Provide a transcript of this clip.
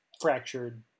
fractured